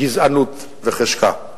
גזענות וחשכה.